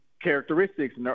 characteristics